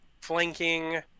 flanking